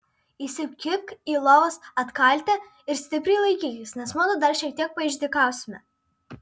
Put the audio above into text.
įsikibk į lovos atkaltę ir stipriai laikykis nes mudu dar šiek tiek paišdykausime